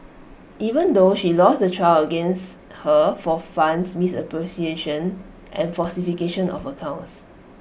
even though she lost the trial against her for funds misappropriation and falsification of accounts